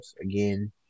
Again